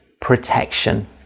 protection